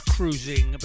Cruising